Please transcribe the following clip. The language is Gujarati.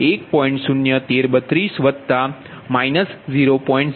01332 0